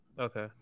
Okay